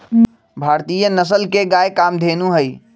भारतीय नसल में गाय कामधेनु हई